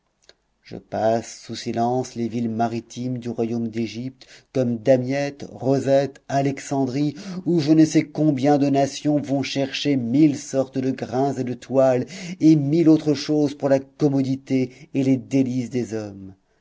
je passe sous silence les villes maritimes du royaume d'égypte comme damiette rosette alexandrie où je ne sais combien de nations vont chercher mille sortes de grains et de toiles et mille autres choses pour la commodité et les délices des hommes